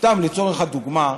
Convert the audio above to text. סתם לצורך הדוגמה: